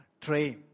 train